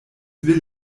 will